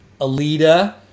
Alita